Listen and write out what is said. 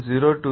ఇది 0